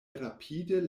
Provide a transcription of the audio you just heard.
rapide